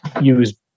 use